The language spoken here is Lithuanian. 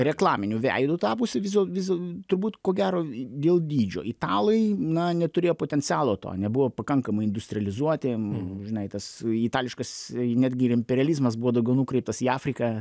reklaminiu veidu tapusi visų visų turbūt ko gero dėl dydžio italai na neturėjo potencialo to nebuvo pakankamai industrializuoti žinai tas itališkas netgi ir imperializmas buvo daugiau nukreiptas į afriką